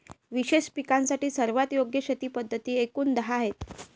विशेष पिकांसाठी सर्वात योग्य शेती पद्धती एकूण दहा आहेत